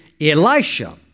Elisha